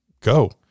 go